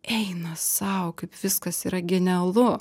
eina sau kaip viskas yra genialu